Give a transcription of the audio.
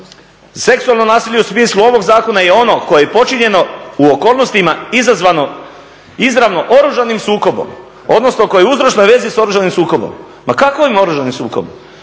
seksualno nasilje u smislu ovog zakona je ono koje je počinjeno u okolnostima izazvano izravno oružanim sukobom, odnosno koje je u uzročnoj vezi s oružanim sukobom. Ma kakvim oružanim sukobom?